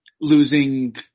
losing